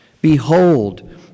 Behold